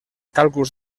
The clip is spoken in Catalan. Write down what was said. càlculs